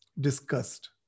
discussed